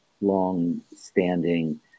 long-standing